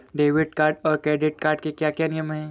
Debit card और credit card के क्या क्या नियम हैं?